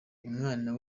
umwana